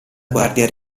guardia